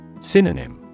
Synonym